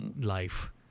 life